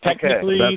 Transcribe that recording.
Technically